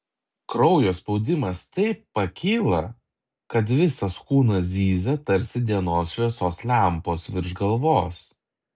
kraujo spaudimas taip pakyla kad visas kūnas zyzia tarsi dienos šviesos lempos virš galvos